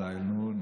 מסא א-נור.